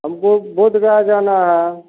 हमको बोधगया जाना है